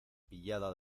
pillada